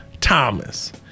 Thomas